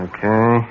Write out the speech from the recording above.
Okay